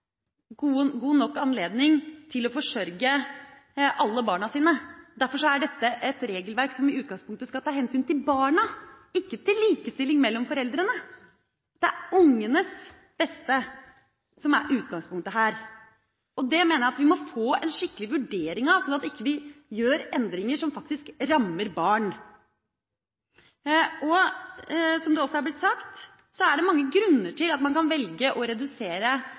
god nok anledning til å forsørge alle barna sine. Derfor er dette et regelverk som i utgangspunktet skal ta hensyn til barna, ikke til likestilling mellom foreldrene. Det er ungenes beste som er utgangspunktet her, og det mener jeg at vi må få en skikkelig vurdering av, slik at vi ikke gjør endringer som faktisk rammer barn. Som det også er blitt sagt, er det mange grunner til at man kan velge å redusere